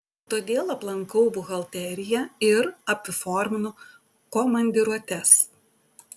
todėl aplankau buhalteriją ir apiforminu komandiruotes